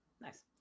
Nice